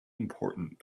important